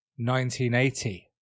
1980